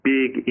big